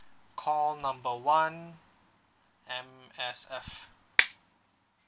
call number one M_S_F